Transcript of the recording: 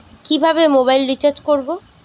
কিভাবে mobile recharge করব?